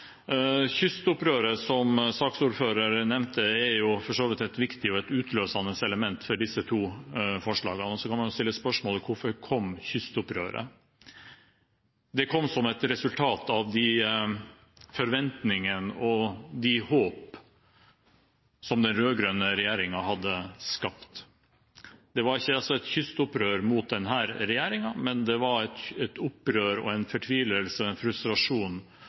Kystopprøret, som saksordføreren nevnte, er for så vidt et viktig og utløsende element for disse to forslagene. Så kan man stille spørsmålet: Hvorfor kom kystopprøret? Det kom som et resultat av de forventningene og det håp som den rød-grønne regjeringen hadde skapt. Det var ikke et kystopprør mot denne regjeringen, men det var et opprør mot og en fortvilelse, en frustrasjon,